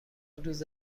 روز